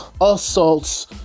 assaults